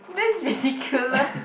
this is ridiculous